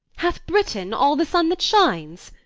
hath britain all the sun that shines?